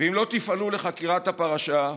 ואם לא תפעלו לחקירת הפרשה,